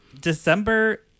December